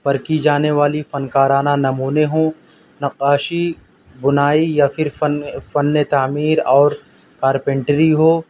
پر کی جانے والی فن کارانہ نمونے ہوں نقّاشی بنائی یا پھر فن فنِ تعمیر اور کارپینٹری ہو